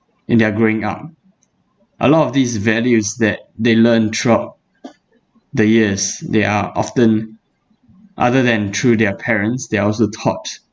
in their growing up a lot of these values that they learn throughout the years they are often other than through their parents they are also taught